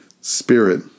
Spirit